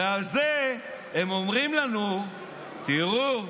ועל זה הם אומרים לנו: תראו,